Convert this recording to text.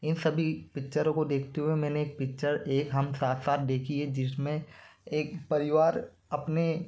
इन सभी पिक्चरों को देखते हुए मैंने एक पिक्चर एक हम साथ साथ देखी है जिसमें एक परिवार अपने